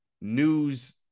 news